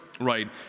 right